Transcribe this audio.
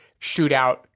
shootout